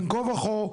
בין כה וכה,